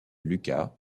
lucas